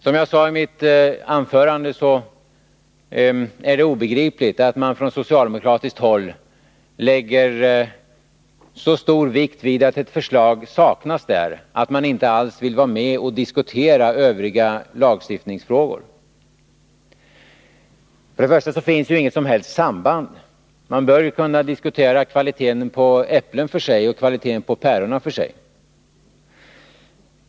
Som jag sade i mitt anförande är det obegripligt att man från socialdemokratiskt håll lägger så stor vikt vid att ett förslag om just permitteringsrätten saknas att man inte alls vill vara med och diskutera övriga lagstiftningsfrågor. För det första finns det inget som helst samband. Man bör kunna diskutera kvaliteten på äpplen för sig och kvaliteten på päron för sig.